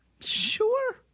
Sure